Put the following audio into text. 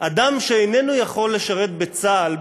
אדם שאיננו יכול לשרת בצה"ל,